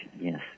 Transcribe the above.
yes